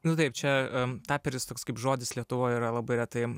nu taip čia taperis toks kaip žodis lietuvoj yra labai retai